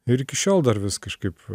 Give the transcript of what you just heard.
ir iki šiol dar vis kažkaip